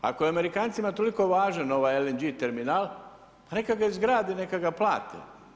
Ako je Amerikancima toliko važan ovaj LNG terminal, neka ga izgrade, neka ga plate.